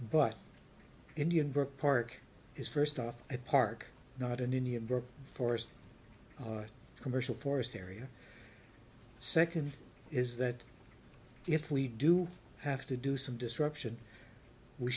but indian brook park is first off a park not an indian forest or commercial forest area second is that if we do have to do some disruption we